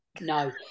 No